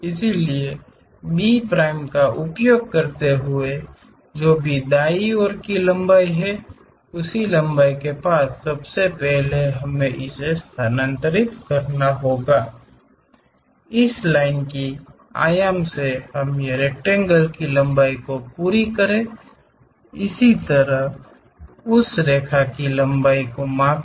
इसलिए B prime का उपयोग करते हुए जो भी दाईं ओर की लंबाई है उस लंबाई के पास सबसे पहले हमें इसे स्थानांतरित करना होगा इस लाइन की आयाम से हम ये रेकटेंगेल की लंबाई को पूरी करें इसी तरह उस रेखा की लंबाई मापें